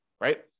right